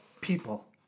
people